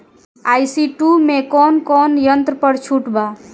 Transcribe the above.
ई.सी two मै कौने कौने यंत्र पर छुट बा?